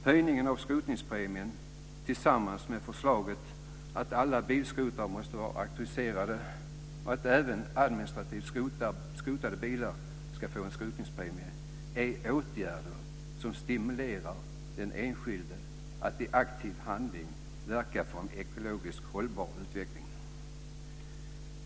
Höjningen av skrotningspremien, tillsammans med förslaget att alla bilskrotare måste vara auktoriserade och att även administrativt skrotade bilar ska berättiga till en skrotningspremie, är åtgärder som stimulerar den enskilde att i aktiv handling verka för en ekologiskt hållbar utveckling.